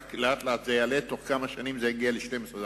לאט-לאט זה יעלה ותוך כמה שנים זה יגיע ל-12,